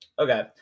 Okay